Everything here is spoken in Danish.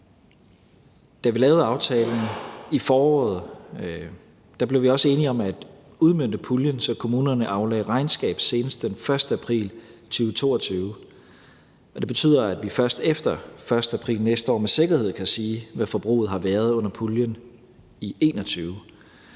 Da vi lavede aftalen i foråret, blev vi også enige om at udmønte puljen, så kommunerne aflægger regnskab senest den 1. april 2022, og det betyder, at vi først efter den 1. april næste år med sikkerhed kan sige, hvad forbruget har været under puljen i 2021.